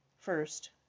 First